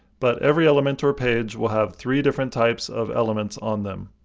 but every elementor page will have three different types of elements on them.